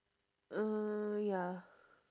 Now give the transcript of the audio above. uh ya